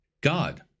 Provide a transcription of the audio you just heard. God